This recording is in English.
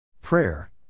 Prayer